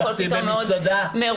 הכול פתאום מאוד מרווח.